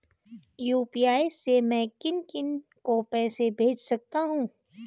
UPI से मैं किन किन को पैसे भेज सकता हूँ?